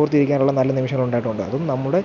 ഓർത്തിരിക്കാനുള്ള നല്ല നിമിഷമുണ്ടായിട്ടുണ്ട് അതും നമ്മുടെ